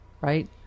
right